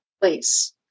place